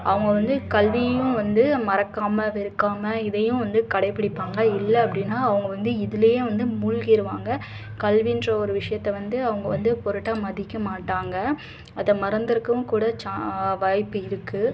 அவங்க வந்து கல்வியும் வந்து மறக்காமல் வெறுக்காமல் இதையும் வந்து கடைபிடிப்பாங்கள் இல்லை அப்படின்னா அவங்க வந்து இதிலையே வந்து மூழ்கிருவாங்க கல்வின்ற ஒரு விஷயத்த வந்து அவங்க வந்து பொருட்டாக மதிக்க மாட்டாங்கள் அதை மறந்து இருக்கவும் கூட சா வாய்ப்பு இருக்குது